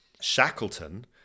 Shackleton